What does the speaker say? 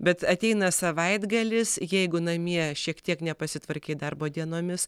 bet ateina savaitgalis jeigu namie šiek tiek nepasitvarkei darbo dienomis